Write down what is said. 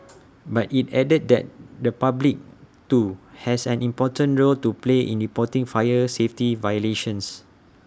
but IT added that the public too has an important role to play in reporting fire safety violations